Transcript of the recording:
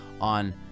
on